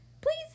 Please